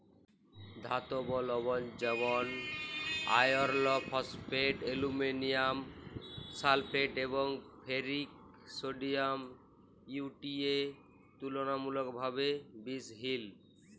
ধাতব লবল যেমল আয়রল ফসফেট, আলুমিলিয়াম সালফেট এবং ফেরিক সডিয়াম ইউ.টি.এ তুললামূলকভাবে বিশহিল